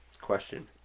question